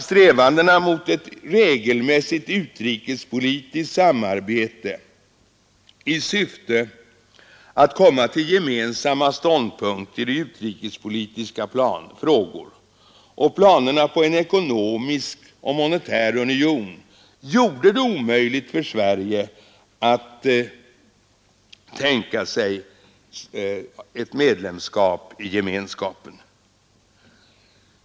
Strävandena mot ett regelmässigt utrikespolitiskt samarbete i syfte att komma till gemensamma ståndpunkter i utrikespolitiska frågor och planerna på en ekonomisk och monetär union gjorde det omöjligt för Sverige att tänka sig ett medlemskap i gemenskapen.